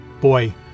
Boy